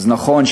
אז נכון,